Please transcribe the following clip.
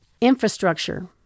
Infrastructure